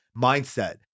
mindset